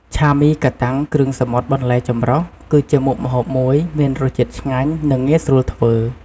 ឆាមីកាតាំងគ្រឿងសមុទ្របន្លែចម្រុះគឺជាមុខម្ហូបមួយ មានរសជាតិឆ្ងាញ់ និងងាយស្រួលធ្វើ។